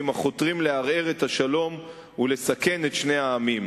החותרים לערער את השלום ולסכן את שני העמים.